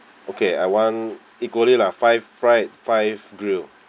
okay I want equally lah five fried five grilled